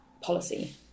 policy